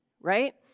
right